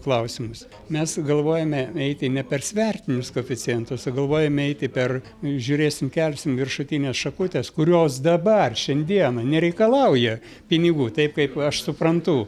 klausimus mes galvojame eiti ne per svertinius koeficientus o galvojame eiti per žiūrėsim kelsim viršutines šakutes kurios dabar šiandieną nereikalauja pinigų taip kaip aš suprantu